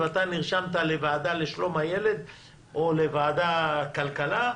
אתה נרשמת לוועדה לשלום הילד או לוועדת הכלכלה,